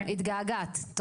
התגעגעת?